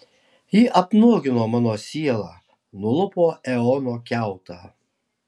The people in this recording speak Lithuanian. ji apnuogino mano sielą nulupo eono kiautą